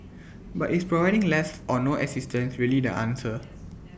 but is providing less or no assistance really the answer